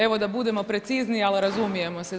Evo da budem precizniji, ali razumijemo se.